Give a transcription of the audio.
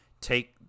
take